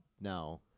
now